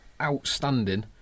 outstanding